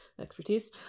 expertise